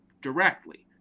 directly